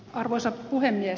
arvoisa puhemies